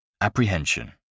Apprehension